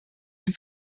den